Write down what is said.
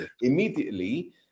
immediately